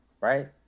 Right